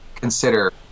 consider